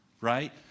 right